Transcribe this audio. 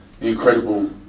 incredible